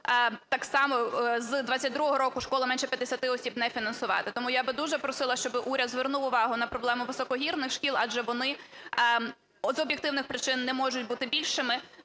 так само з 22-го року школи, менше 50 осіб не фінансувати. Тому я би дуже просила, щоб уряд звернув увагу на проблему високогірних шкіл, адже вони з об'єктивних причин не можуть бути більшими